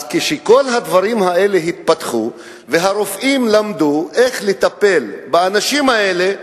אז כשכל הדברים האלה התפתחו והרופאים למדו איך לטפל באנשים האלה,